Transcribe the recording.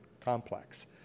complex